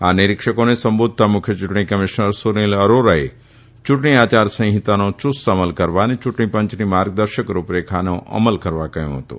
આ નિરીક્ષકોને સંબોધતા મુખ્ય ચુંટણી કમિશ્નર સુનીલ અરોરાએ ચુંટણી આયારસંહિતાનો યુસ્ત અમલ કરવા અને યુંટણી પંચની માર્ગદર્શક રૂપરેખાને અમલ કરવા કહયું હતું